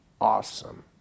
awesome